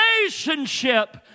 relationship